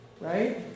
right